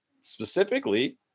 specifically